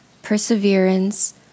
perseverance